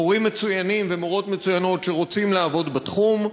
מורים מצוינים ומורות מצוינות שרוצים לעבוד בתחום,